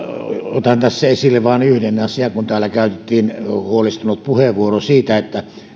otan tässä esille vain yhden asian kun täällä käytettiin huolestunut puheenvuoro siitä